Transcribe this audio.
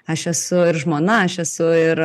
aš esu ir žmona aš esu ir